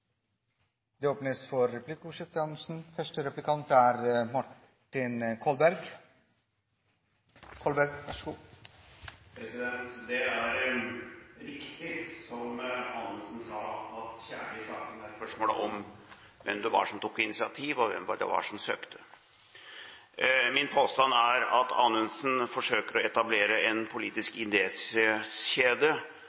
Det åpnes for replikkordskifte. Det er riktig som Anundsen sa, at kjernen i saken er spørsmålet om hvem det var som tok initiativ, og hvem det var som søkte. Min påstand er at Anundsen forsøker å etablere en politisk